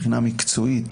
מבחינה מקצועית,